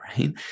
right